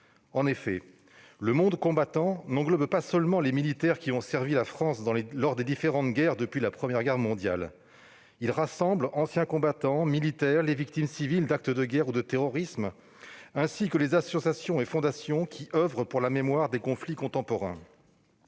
En effet, le monde combattant n'englobe pas seulement les militaires qui ont servi la France lors des différentes guerres depuis la Première Guerre mondiale : il rassemble les anciens combattants, les militaires, les victimes civiles d'actes de guerre ou de terrorisme, ainsi que les associations et fondations qui oeuvrent pour la mémoire des conflits contemporains.